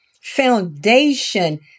foundation